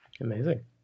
Amazing